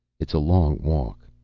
it's a long walk.